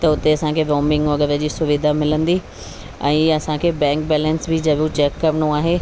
उते असांखे रोमींग वग़ैरह जी सुविधा मिलंदी ऐं असांखे बैंक बैलेंस बि ज़रूरु चेक करिणो आहे